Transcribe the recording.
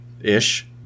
ish